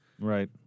Right